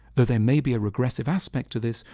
that there may be a regressive aspect of this,